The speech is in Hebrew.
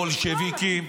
הם בולשביקים.